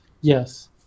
yes